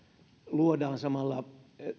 luodaan samalla